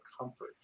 comfort